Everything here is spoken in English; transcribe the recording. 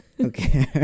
okay